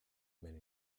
men